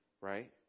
right